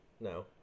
No